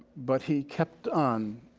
but he kept on